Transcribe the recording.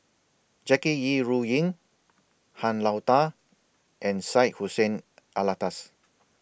Jackie Yi Ru Ying Han Lao DA and Syed Hussein Alatas